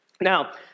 Now